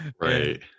Right